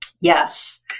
Yes